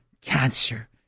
cancer